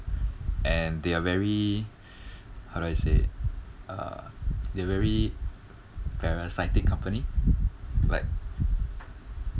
and they are very how do I say uh they are very parasitic company like